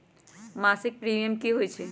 मासिक प्रीमियम की होई छई?